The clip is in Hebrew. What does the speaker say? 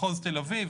מחוז תל אביב,